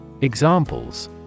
Examples